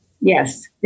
Yes